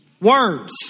Words